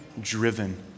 driven